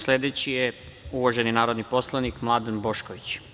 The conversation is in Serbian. Sledeći je uvaženi narodni poslanik Mladen Bošković.